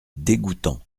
dégoûtant